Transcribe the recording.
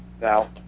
Now